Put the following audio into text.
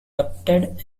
erupted